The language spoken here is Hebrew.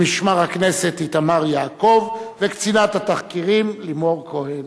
משמר הכנסת איתמר יעקב וקצינת התחקירים לימור כהן.